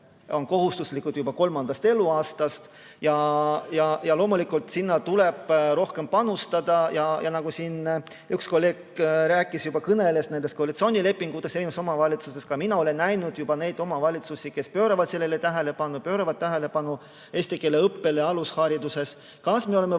on kohustuslik juba kolmandast eluaastast ja loomulikult tuleb sinna rohkem panustada. Siin üks kolleeg juba kõneles nendest koalitsioonilepingutest eri omavalitsustes. Ka mina olen näinud neid omavalitsusi, kes pööravad sellele tähelepanu, nad pööravad tähelepanu eesti keele õppele alushariduses. Kas me oleme valmis